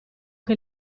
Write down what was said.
che